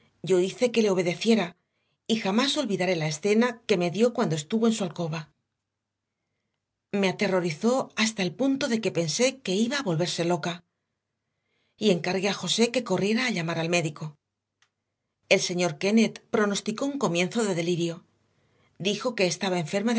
yo hice que le obedeciera y jamás olvidaré la escena que me dio cuando estuvo en su alcoba me aterrorizó hasta el punto de que pensé que iba a volverse loca y encargué a josé que corriera a llamar al médico el señor kennett pronosticó un comienzo de delirio dijo que estaba enferma